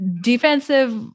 defensive